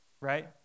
right